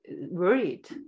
worried